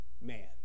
man